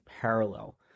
parallel